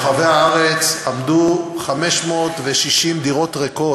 הארץ עמדו 560 דירות ריקות,